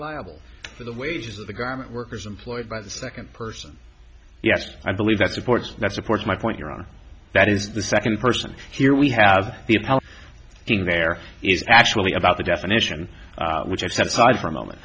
liable for the wages of the government workers employed by the second person yes i believe that supports that supports my point your honor that is the second person here we have in there is actually about the definition which accepts i for a moment